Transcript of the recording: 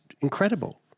incredible